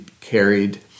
carried